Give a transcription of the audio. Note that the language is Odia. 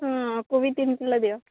ହଁ କୋବି ତିନି କିଲୋ ଦିଅ